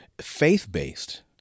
faith-based